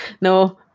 no